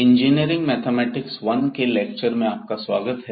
engineering mathematics 1 के lecture में आपका स्वागत है